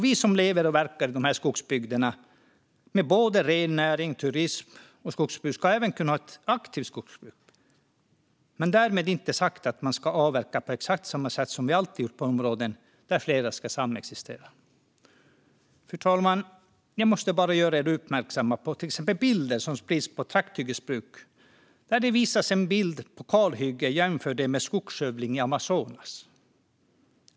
Vi som lever och verkar i dessa skogsbygder med rennäring, turism och skogsbruk ska även kunna ha ett aktivt skogsbruk, men därmed inte sagt att man ska avverka på exakt samma sätt som vi alltid har gjort på områden där flera ska samexistera. Fru talman! Jag måste göra er uppmärksamma på till exempel bilder som sprids på trakthyggesbruk. Bilder på kalhyggen visas och jämförs med skogsskövling i Amazonas.